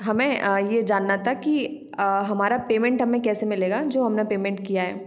हमें ये जानना था कि हमारा पेमेंट हमें कैसे मिलेगा जो हमने पेमेंट किया है